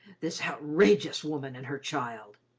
this outrageous woman and her child,